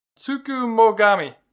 Tsukumogami